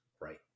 Right